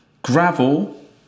gravel